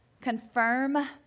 confirm